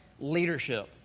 leadership